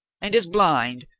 and is blind.